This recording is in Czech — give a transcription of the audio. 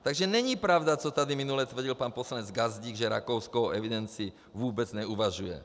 Takže není pravda, co tady minule tvrdil pan poslanec Gazdík, že Rakousko o evidenci vůbec neuvažuje.